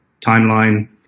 timeline